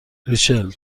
ریچل